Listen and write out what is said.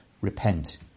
Repent